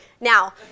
Now